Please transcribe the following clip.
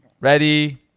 Ready